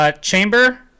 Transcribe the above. Chamber